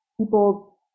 people